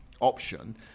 option